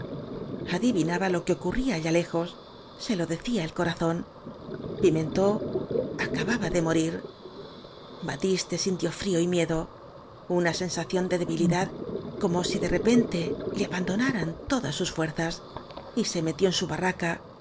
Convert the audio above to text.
adivinaba lo que ocurría allá lejos se lo decía el corazón pimentó acababa de morir batiste sintió frío y miedo una sensación de debilidad como si de repente le abandonaran todas sus fuerzas y se metió en su barraca